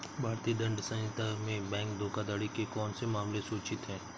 भारतीय दंड संहिता में बैंक धोखाधड़ी के कौन से मामले सूचित हैं?